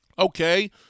Okay